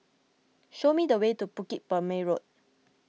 show me the way to Bukit Purmei Road